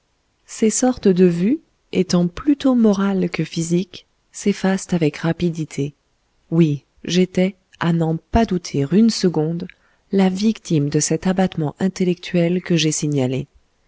ces sortes de vues étant plutôt morales que physiques s'effacent avec rapidité oui j'étais à n'en pas douter une seconde la victime de cet abattement intellectuel que j'ai signalé